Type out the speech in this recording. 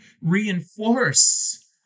reinforce